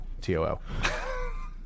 T-O-O